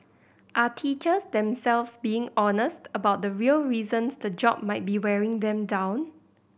are teachers themselves being honest about the real reasons the job might be wearing them down